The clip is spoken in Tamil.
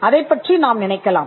அதைப்பற்றி நாம் நினைக்கலாம்